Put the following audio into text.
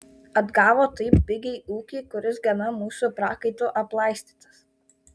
atgavo taip pigiai ūkį kuris gana mūsų prakaitu aplaistytas